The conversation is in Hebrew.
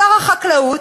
שר החקלאות,